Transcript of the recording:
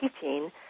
teaching